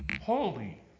holy